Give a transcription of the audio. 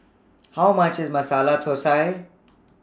How much IS Masala Thosai